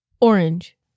orange